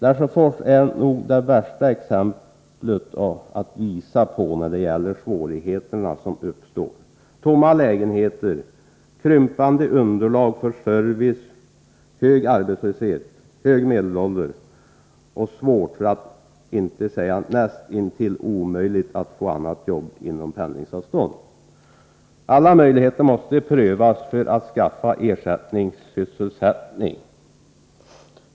Lesjöfors är nog det värsta exemplet att visa på när det gäller svårigheter som uppstår: tomma lägenheter, krympande underlag för service, hög arbetslöshet, hög medelålder och svårt, för att inte säga näst intill omöjligt att få annat jobb inom pendlingsavstånd. Alla möjligheter till erhållande av ersättningssysselsättning måste prövas.